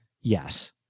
Yes